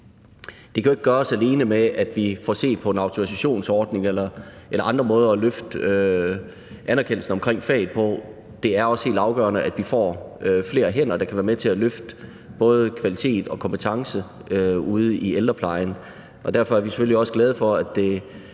Det kan jo ikke gøres alene med, at vi får set på en autorisationsordning eller andre måder at løfte anerkendelsen omkring faget på. Det er også helt afgørende, at vi får flere hænder, der kan være med til at løfte både kvalitet og kompetencer ude i ældreplejen, og derfor er vi selvfølgelig også glade for, at det